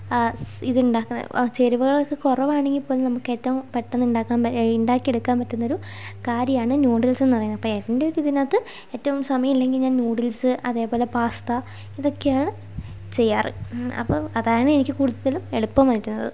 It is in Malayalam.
ഇതുണ്ടാക്കാൻ ചേരുവകളൊക്കെ കുറവാണെങ്കിൽപ്പോലും നമുക്ക് ഏറ്റവും പെട്ടെന്ന് ഉണ്ടാക്കാൻ ഈ ഉണ്ടാക്കിയെടുക്കാൻ പറ്റുന്നൊരു കാര്യമാണ് നൂഡിൽസ് എന്ന് പറയുന്നത് അപ്പോൾ എൻ്റെ ഒരു ഇതിനകത്ത് ഏറ്റവും സമയമില്ലെങ്കിൽ ഞാൻ നൂഡിൽസ് അതേപോലെ പാസ്ത ഇതൊക്കെയാണ് ചെയ്യാറ് അപ്പോൾ അതാണ് എനിക്ക് കൂടുതലും എളുപ്പം വരുന്നത്